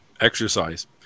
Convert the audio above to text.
exercise